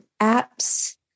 apps